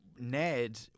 Ned